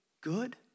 good